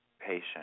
patient